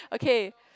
okay